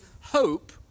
hope